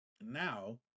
Now